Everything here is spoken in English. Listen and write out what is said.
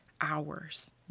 hours